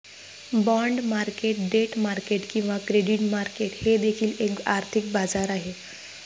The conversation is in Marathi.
बाँड मार्केट डेट मार्केट किंवा क्रेडिट मार्केट हे देखील एक आर्थिक बाजार आहे